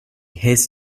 his